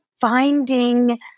finding